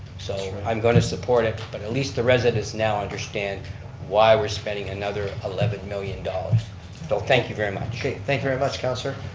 so i'm going to support it, but at least the residents now understand why we're spending another eleven million dollars. so thank you very much. okay, thank you very much councillor.